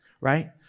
right